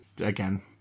Again